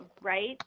right